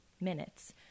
Minutes